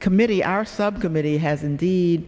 committee are subcommittee has indeed